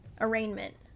arraignment